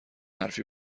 حرفی